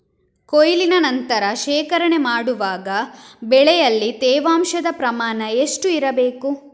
ಕೊಯ್ಲಿನ ನಂತರ ಶೇಖರಣೆ ಮಾಡುವಾಗ ಬೆಳೆಯಲ್ಲಿ ತೇವಾಂಶದ ಪ್ರಮಾಣ ಎಷ್ಟು ಇರಬೇಕು?